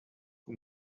who